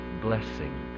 blessing